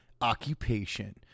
occupation